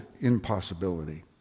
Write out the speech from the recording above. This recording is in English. impossibility